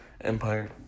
Empire